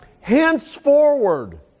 Henceforward